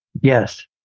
Yes